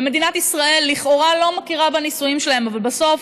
ומדינת ישראל לכאורה לא מכירה בנישואים שלהם אבל בסוף